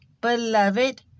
beloved